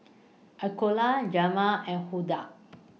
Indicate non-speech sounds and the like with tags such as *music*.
*unintelligible* Jamel and Huldah